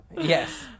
yes